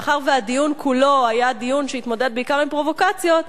מאחר שהדיון כולו היה דיון שהתמודד בעיקר עם פרובוקציות,